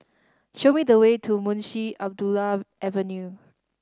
show me the way to Munshi Abdullah Avenue